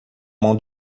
mão